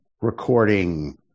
recording